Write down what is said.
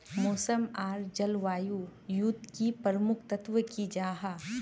मौसम आर जलवायु युत की प्रमुख तत्व की जाहा?